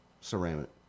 Ceramic